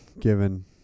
given